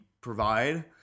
provide